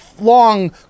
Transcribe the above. long